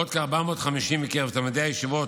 ועוד כ-450 מקרב תלמידי הישיבות.